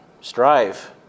strive